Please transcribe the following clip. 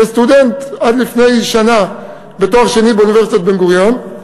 כסטודנט עד לפני שנה לתואר שני באוניברסיטת בן-גוריון.